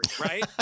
right